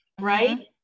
right